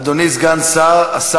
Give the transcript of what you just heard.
אדוני סגן השר,